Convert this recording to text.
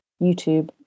YouTube